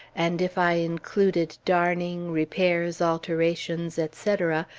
and if i included darning, repairs, alterations, etc,